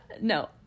No